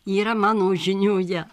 yra mano žinioje